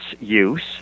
use